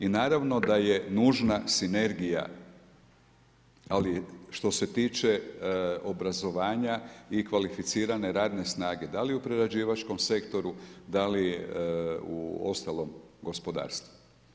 I naravno da je nužna sinergija, ali što se tiče obrazovanja i kvalificirane radne snage, da li u prerađivačkom sektoru, da li u ostalom gospodarstvu.